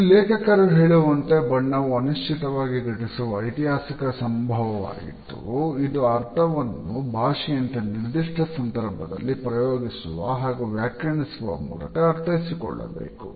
ಇಲ್ಲಿ ಲೇಖಕರು ಹೇಳುವಂತೆ ಬಣ್ಣವು ಅನಿಶ್ಚಿತವಾಗಿ ಘಟಿಸುವ ಐತಿಹಾಸಿಕ ಸಂಭವವಾಗಿದ್ದು ಇದರ ಅರ್ಥವನ್ನು ಭಾಷೆಯಂತೆ ನಿರ್ದಿಷ್ಟ ಸಂದರ್ಭದಲ್ಲಿ ಪ್ರಯೋಗಿಸುವ ಹಾಗೂ ವ್ಯಾಖ್ಯಾನಿಸುವ ಮೂಲಕ ಅರ್ಥೈಸಿಕೊಳ್ಳಬೇಕು